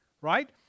right